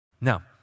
Now